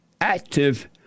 active